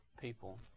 people